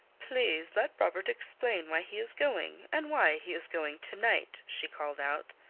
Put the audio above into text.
please let robert explain why he is going, and why he is going to-night, she called out.